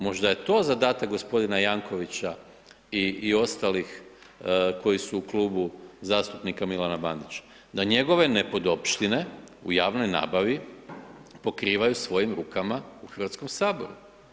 Možda je to zadatak gospodina Jankovića i ostalih koji su u klubu zastupnika Milana Bandića, da njegove nepodopštine u javnoj nabavi, pokrivaju svojim rukama u Hrvatskom saboru.